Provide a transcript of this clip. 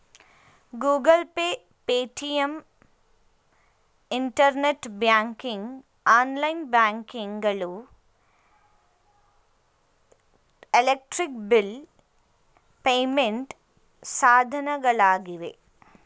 Google Pay, Paytm, internet banking, online banking ಗಳು electric bill payment ಸಾಧನಗಳಾಗಿವೆ